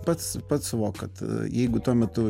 pats pats suvok kad jeigu tuo metu